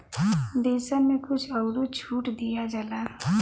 देसन मे कुछ अउरो छूट दिया जाला